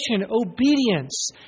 obedience